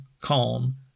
calm